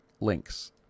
links